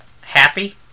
Happy